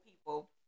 people